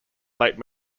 late